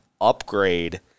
upgrade